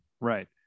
right